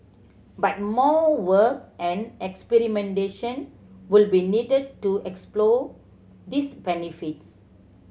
but more work and experimentation would be needed to explore these benefits